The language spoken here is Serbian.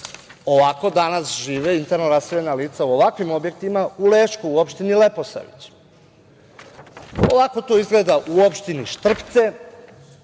Ovako danas žive interno raseljena lica u ovakvim objektima u Lećku, u opštini Leposavić. Ovako to izgleda u opštini Štrpce. Kao